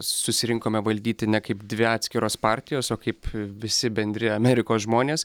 susirinkome valdyti ne kaip dvi atskiros partijos o kaip visi bendri amerikos žmonės